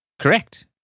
Correct